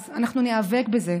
אז אנחנו ניאבק בזה.